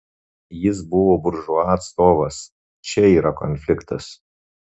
jis buvo buržua atstovas čia yra konfliktas